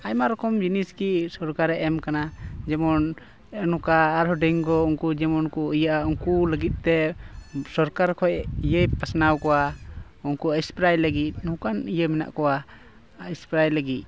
ᱟᱭᱢᱟ ᱨᱚᱠᱚᱢ ᱡᱤᱱᱤᱥ ᱜᱮ ᱥᱚᱨᱠᱟᱨᱮ ᱮᱢ ᱠᱟᱱᱟ ᱡᱮᱢᱚᱱ ᱱᱚᱝᱠᱟ ᱟᱨᱦᱚᱸ ᱰᱮᱝᱜᱩ ᱩᱱᱠᱩ ᱡᱮᱢᱚᱱ ᱠᱚ ᱤᱭᱟᱹᱜᱼᱟ ᱩᱱᱠᱩ ᱞᱟᱹᱜᱤᱫ ᱛᱮ ᱥᱚᱨᱠᱟᱨ ᱠᱷᱚᱱ ᱤᱭᱟᱹᱭ ᱯᱟᱥᱱᱟᱣ ᱟᱠᱚᱣᱟ ᱩᱱᱠᱩ ᱥᱯᱨᱮᱭ ᱞᱟᱹᱜᱤᱫ ᱱᱚᱝᱠᱟᱱ ᱤᱭᱟᱹ ᱢᱮᱱᱟᱜ ᱠᱚᱣᱟ ᱥᱯᱨᱮᱭ ᱞᱟᱹᱜᱤᱫ